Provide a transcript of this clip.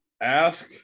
ask